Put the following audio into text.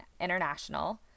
international